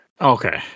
Okay